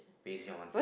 fusion